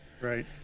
Right